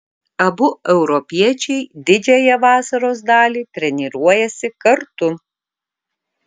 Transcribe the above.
abu europiečiai didžiąją vasaros dalį treniruojasi kartu